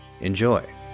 Enjoy